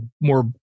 more